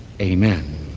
Amen